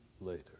later